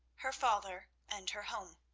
her father, and her home.